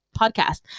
podcast